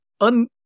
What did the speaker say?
un